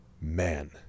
man